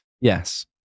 Yes